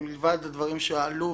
מלבד הדברים שהועלו,